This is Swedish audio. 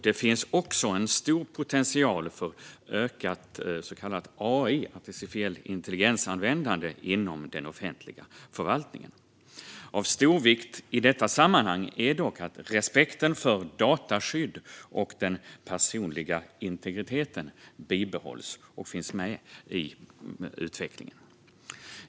Det finns också en stor potential för användning av AI, artificiell intelligens, inom den offentliga förvaltningen. Av stor vikt i detta sammanhang är dock att respekten för dataskydd och den personliga integriteten bibehålls och finns med i utvecklingen.